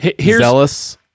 zealous